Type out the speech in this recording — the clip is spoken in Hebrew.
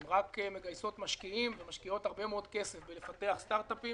הן רק מגייסות משקיעים ומשקיעות הרבה מאוד כסף בפיתוח סטארט-אפ.